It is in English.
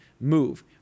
move